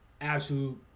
absolute